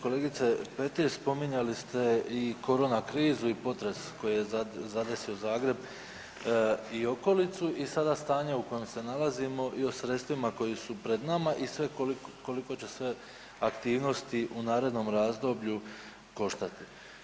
Kolegice Petir, spominjali ste i korona krizu i potres koji je zadesio Zagreb i okolicu i sada stanje u kojem se nalazimo i o sredstvima koja su pred nama i sve koliko će se aktivnosti u narednom razdoblju koštati.